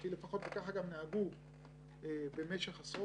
אמרתי שנראה לפני שאנחנו מגבשים את המדיניות שלנו מה מקובל בעולם.